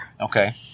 Okay